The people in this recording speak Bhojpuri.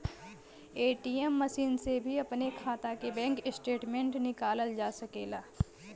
ए.टी.एम मसीन से भी अपने खाता के बैंक स्टेटमेंट निकालल जा सकेला